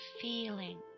feeling